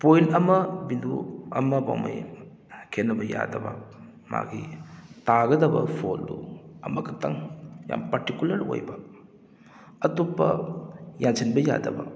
point ꯑꯃ ꯕꯤꯟꯗꯨ ꯑꯃꯕꯨꯛ ꯃꯌꯦꯛ ꯈꯦꯠꯅꯕ ꯌꯥꯗꯕ ꯃꯥꯒꯤ ꯇꯥꯒꯗꯕ ꯐꯣꯜꯗꯣ ꯑꯃꯈꯛꯇꯪ ꯌꯥꯝ ꯄꯥꯔꯇꯤꯀꯨꯂꯔ ꯑꯣꯏꯕ ꯑꯇꯣꯞꯄ ꯌꯥꯟꯁꯤꯟꯕ ꯌꯥꯗꯕ